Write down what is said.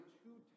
two